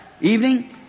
evening